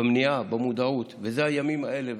במניעה, במודעות, ואלה הימים האלה.